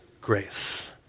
grace